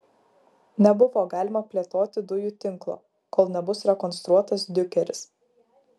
nebuvo galima plėtoti dujų tinklo kol nebus rekonstruotas diukeris